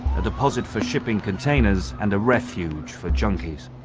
a deposit for shipping containers and a refuge for junkies,